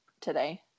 today